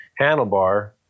handlebar